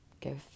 Go